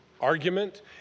argument